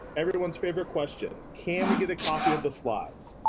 everyone's favorite question, can we get a copy of the slides?